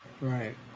Right